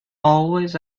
always